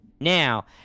now